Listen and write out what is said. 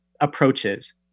approaches